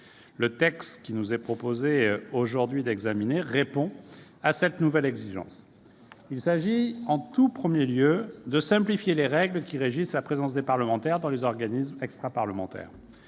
Le texte dont nous débattons cet après-midi répond à cette nouvelle exigence. Il s'agit, en premier lieu, de simplifier les règles qui régissent la présence des parlementaires dans les organismes extraparlementaires.